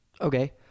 okay